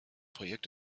projekt